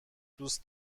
دوست